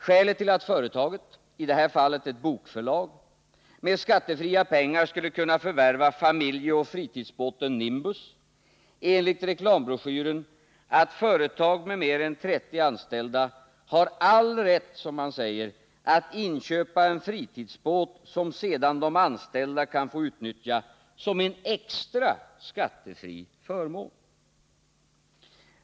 Skälet till att företaget — i detta fall ett bokförlag — med skattefria pengar skulle kunna förvärva familjoch fritidsbåten Nimbus är enligt broschyren att företag med mer än 30 anställda har all rätt att köpa en fritidsbåt som sedan de anställda kan få utnyttja som en extra skattefri förmån.